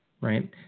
right